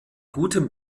gutem